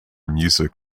music